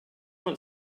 went